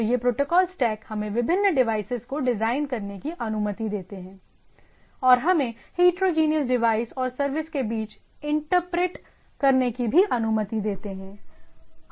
तो ये protocol stack हमें विभिन्न डिवाइसेज को डिजाइन करने की अनुमति देते हैं और हमें हिट्रोजीनियस डिवाइसेज और सर्विस के बीच इंटरप्रेट करने की भी अनुमति देते हैं